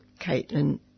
Caitlin